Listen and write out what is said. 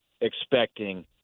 expecting